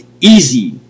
easy